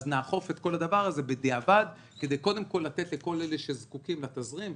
נאכוף את כל הדבר הזה בדיעבד כדי שקודם כל ניתן לכל אלה שזקוקים לתזרים,